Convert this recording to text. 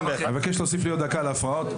אבקש להוסיף לי עוד דקה על הפרעות.